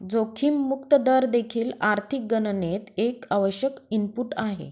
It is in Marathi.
जोखीम मुक्त दर देखील आर्थिक गणनेत एक आवश्यक इनपुट आहे